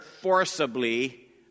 forcibly